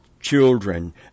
children